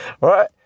Right